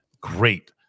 great